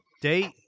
date